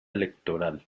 electoral